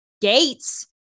gates